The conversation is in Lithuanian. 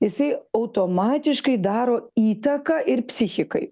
jisai automatiškai daro įtaką ir psichikai